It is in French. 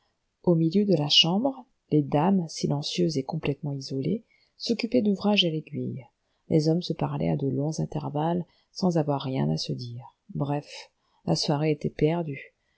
au milieu de la chambre les dames silencieuses et complètement isolées s'occupaient d'ouvrages à l'aiguille les hommes se parlaient à de longs intervalles sans avoir rien à se dire bref la soirée était perdue